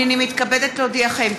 הנני מתכבדת להודיעכם,